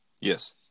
Yes